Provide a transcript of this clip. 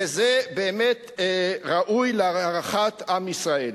וזה באמת ראוי להערכת עם ישראל.